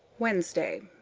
wednesday.